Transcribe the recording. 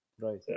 Right